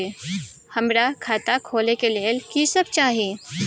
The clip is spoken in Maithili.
हमरा खाता खोले के लेल की सब चाही?